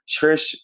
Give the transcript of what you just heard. Trish